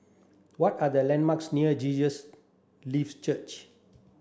what are the landmarks near Jesus Lives Church